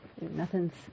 Nothing's